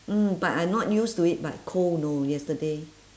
mm but I not use to it but cold you know yesterday